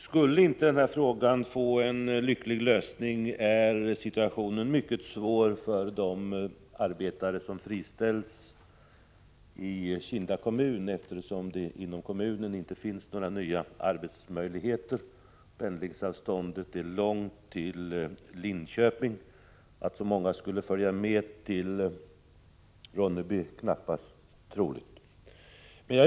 Skulle den här frågan inte få en lycklig lösning är situationen mycket svår för de arbetare som friställs i Kinda kommun, eftersom det inom kommunen inte finns några nya arbetsmöjligheter och pendlingsavståndet till Linköping är långt. Att särskilt många skulle följa med till Ronneby är knappast troligt.